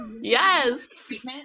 yes